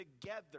together